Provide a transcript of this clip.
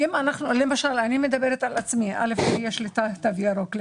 אני מדברת על עצמי יש לי תו ירוק.